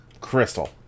Crystal